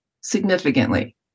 significantly